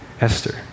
Esther